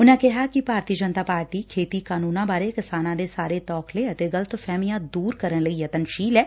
ਉਨੂਾ ਕਿਹਾ ਕਿ ਭਾਰਤੀ ਜਨਤਾ ਪਾਰਟੀ ਖੇਤੀ ਕਾਨੂੰਨਾ ਬਾਰੇ ਕਿਸਾਨਾਂ ਦੇ ਸਾਰੇ ਤੋਖਲੇ ਅਤੇ ਗਲਤ ਫਹਿਮੀਆਂ ਦੂਰ ਕਰਨ ਲਈ ਯਤਨਸੀਲ ਐ